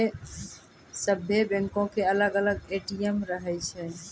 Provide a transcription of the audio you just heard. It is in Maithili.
सभ्भे बैंको के अलग अलग ए.टी.एम रहै छै